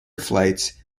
flights